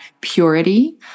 purity